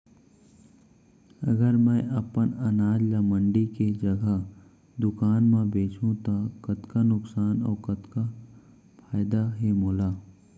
अगर मैं अपन अनाज ला मंडी के जगह दुकान म बेचहूँ त कतका नुकसान अऊ फायदा हे मोला?